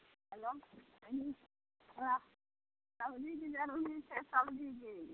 hello कनी हमरा सब्जीके जरूरी छै सब्जीके